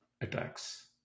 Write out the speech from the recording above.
attacks